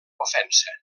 ofensa